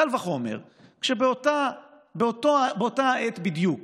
קל וחומר כשבאותה עת בדיוק